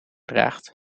draagt